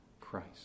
Christ